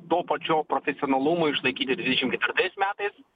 to pačio profesionalumo išlaikyti dvidešimt ketvirtais metais